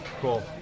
Cool